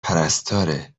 پرستاره